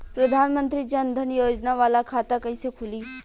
प्रधान मंत्री जन धन योजना वाला खाता कईसे खुली?